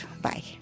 Bye